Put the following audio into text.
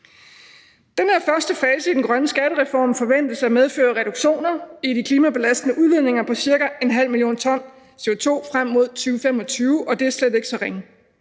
Den her første fase i den grønne skattereform forventes at medføre reduktioner i de klimabelastende udledninger på ca. 0,5 mio. t CO2 frem mod 2025, og det er slet ikke så ringe.